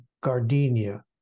gardenia